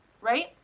Right